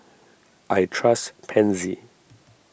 I trust Pansy